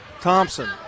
Thompson